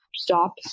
stop